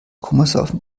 komasaufen